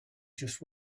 just